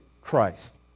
Christ